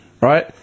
right